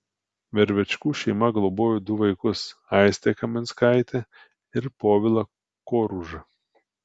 vervečkų šeima globojo du vaikus aistę kaminskaitę ir povilą koružą